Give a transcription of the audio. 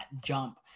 jump